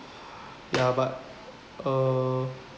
ya but uh